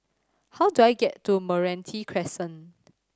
how do I get to Meranti Crescent